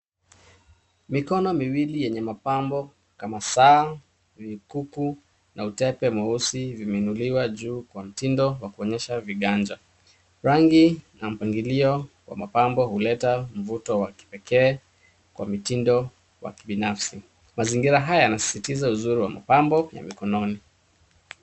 Mikono miwili yenye mapambo kama saa, vikuku na utepe mweusi vimenuliwa juu kwa mtindo wa kuonyesha viganja. Rangi na mpangilio wa mapambo huleta mvuto wa kipekee kwa mitindo wa kibinafsi. Mazingira haya yanasisitiza uzuri wa mpango ya mikononi.